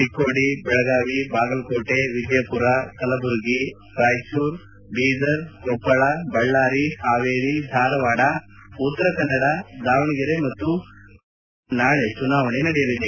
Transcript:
ಚಿಕ್ಕೋಡಿ ಬೆಳಗಾವಿ ಬಾಗಲಕೋಟೆ ವಿಜಯಪುರ ಕಲಬುರಗಿ ರಾಯಚೂರು ಬೀದರ್ ಕೊಪ್ಪಳ ಬಳ್ಳಾರಿ ಹಾವೇರಿ ಧಾರವಾಡ ಉತ್ತರ ಕನ್ನಡ ದಾವಣಗೆರೆ ಮತ್ತು ಶಿವಮೊಗ್ಗ ಕ್ಷೇತ್ರಗಳಿಗೆ ನಾಳೆ ಚುನಾವಣೆ ನಡೆಯಲಿದೆ